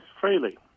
freely